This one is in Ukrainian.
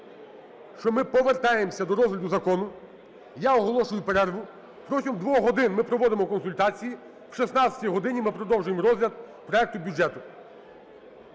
що ми повертаємося до розгляду закону. Я оголошую перерву. Протягом двох годин ми проводимо консультації, о 16 годині ми продовжуємо розгляд проекту бюджету.